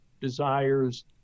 desires